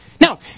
now